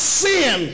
sin